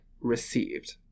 received